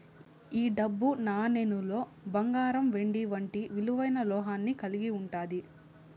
ఈ డబ్బు నాణేలులో బంగారం వెండి వంటి విలువైన లోహాన్ని కలిగి ఉంటాది